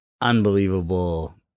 Unbelievable